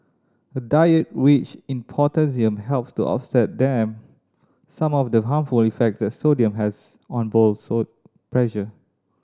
a diet rich in potassium helps to offset them some of the harmful effects that sodium has on blood pressure